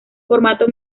formato